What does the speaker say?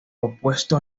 opuesto